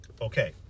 Okay